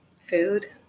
Food